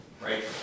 right